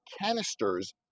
canisters